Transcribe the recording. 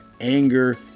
anger